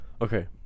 okay